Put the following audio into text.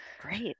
Great